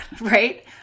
right